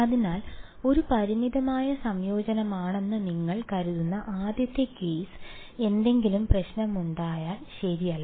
അതിനാൽ ഒരു പരിമിതമായ സംയോജനമാണെന്ന് നിങ്ങൾ കരുതുന്ന ആദ്യത്തെ കേസ് എന്തെങ്കിലും പ്രശ്നമുണ്ടായാൽ ശരിയല്ല